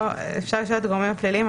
אפשר לשאול את הגורמים הכלליים,